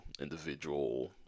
individual